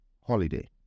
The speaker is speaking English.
holiday